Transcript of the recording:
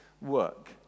work